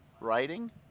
writing